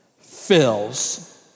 fills